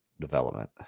development